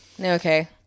Okay